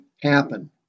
happen